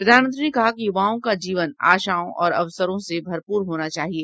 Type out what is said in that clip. प्रधानमंत्री ने कहा कि युवाओं का जीवन आशाओं और अवसरों से भरपूर होना चाहिए